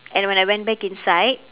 and when I went back inside